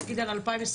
נניח על 2021,